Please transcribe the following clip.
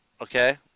Okay